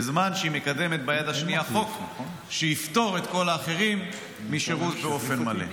בזמן שהיא מקדמת ביד השנייה חוק שיפטור את כל האחרים משירות באופן מלא.